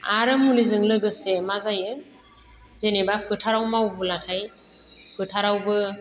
आरो मुलिजों लोगोसे मा जायो जेनेबा फोथाराव मावब्लाथाय फोथारावबो